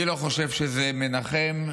אני לא חושב שזה מנחם,